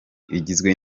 igizwe